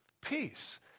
peace